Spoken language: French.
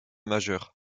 majeurs